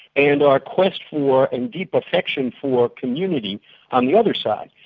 and our quest for, and deep affection for, community on the other side.